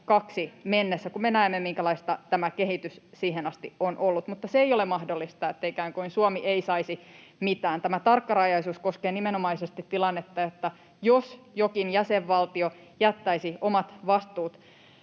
22 mennessä, kun me näemme, minkälaista tämä kehitys siihen asti on ollut. Mutta se ei ole mahdollista, että ikään kuin Suomi ei saisi mitään. Tämä tarkkarajaisuus koskee nimenomaisesti tilannetta, jos jokin jäsenvaltio jättäisi omat vastuut